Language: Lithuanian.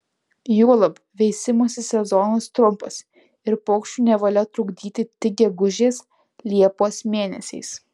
juolab veisimosi sezonas trumpas ir paukščių nevalia trukdyti tik gegužės liepos mėnesiais